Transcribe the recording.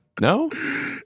No